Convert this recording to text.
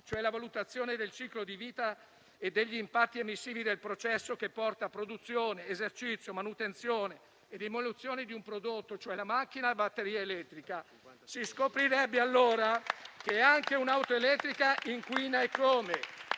per la valutazione del ciclo di vita e degli impatti emissivi del processo che porta produzione, esercizio, manutenzione e demolizione di un prodotto, cioè la macchina a batteria elettrica. Si scoprirebbe allora che anche un'auto elettrica inquina, e non